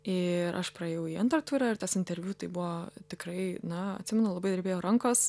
ir aš praėjau į antrą turą ir tas interviu tai buvo tikrai na atsimenu labai drebėjo rankos